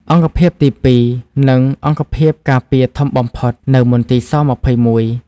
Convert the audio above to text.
អង្គភាពទី ២ គឺអង្គភាពការពារធំបំផុត នៅមន្ទីរស-២១។